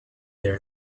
there